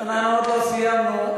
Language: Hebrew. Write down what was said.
אנחנו עוד לא סיימנו.